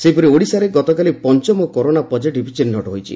ସେହିପରି ଓଡ଼ିଶାରେ ଗତକାଲି ପଞ୍ଚମ କରୋନା ପକ୍କିଟିଭ୍ ଚିହ୍ନଟ ହୋଇଛି